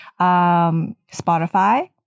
spotify